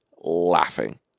laughing